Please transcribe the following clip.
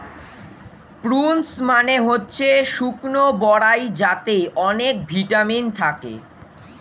prunes মানে হচ্ছে শুকনো বরাই যাতে অনেক ভিটামিন থাকে